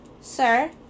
Sir